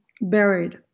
buried